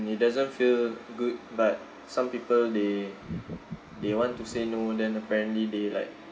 it doesn't feel good but some people they they want to say no then apparently they like